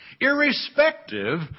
irrespective